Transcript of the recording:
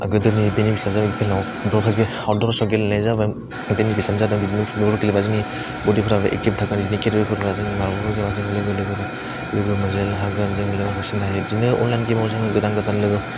गोदोनि बेनिफिसा जाबाय खेलाव फुटबलखौ आदरस' गेलेनाय जाबाय बेनि बैसोआनो जादों बिदिनो फुटबल गेलेबा जोंनि बडिफोराबो एकटिब थागोन बिदि खेलाफोरा जोंनि माबाखौ जोंनि लोगो लोगोबो लोगो मोनज्लायनो हागोन जोङो लोगोखौ सिनाय हायो बिदिनो अनलाइन गेमाव जोङो गोदान गोदान लोगो